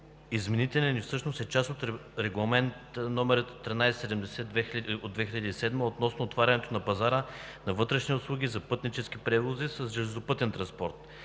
изменителен и всъщност е част от Регламент № 1370/2007 относно отварянето на пазара на вътрешни услуги за пътнически превози с железопътен транспорт.